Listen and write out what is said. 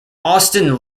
austin